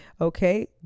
okay